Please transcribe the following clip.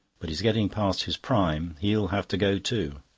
but he's getting past his prime. he'll have to go too.